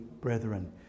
brethren